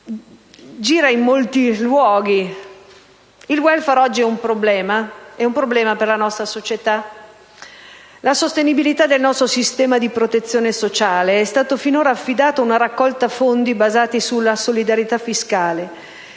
un problema? È un problema per la nostra società? La sostenibilità del nostro sistema di protezione sociale è stata finora affidata ad una raccolta fondi basata sulla solidarietà fiscale,